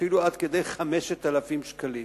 אפילו עד כדי 5,000 שקלים.